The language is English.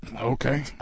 Okay